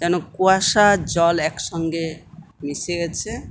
যেন কুয়াশা আর জল একসঙ্গে মিশে গিয়েছে